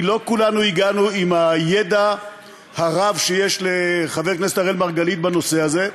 כי לא כולנו הגענו עם הידע הרב שיש לחבר כנסת אראל מרגלית בנושא זה.